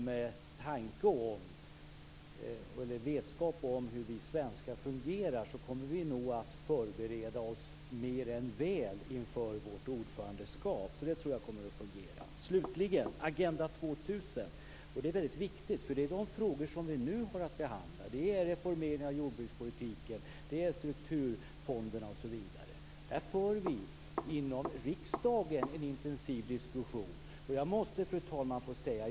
Med vetskap om hur vi svenskar fungerar tror jag att vi kommer att förbereda oss mer än väl inför vårt ordförandeskap, så det tror jag kommer att fungera. Slutligen vill jag ta upp Agenda 2000. Det är viktigt, eftersom det är de frågor som vi nu har att behandla. Det gäller reformering av jordbrukspolitiken, strukturfonderna osv. Inom riksdagen för vi en intensiv diskussion om detta. Jag måste få säga det här, fru talman.